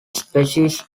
species